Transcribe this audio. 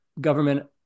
government